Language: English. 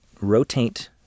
rotate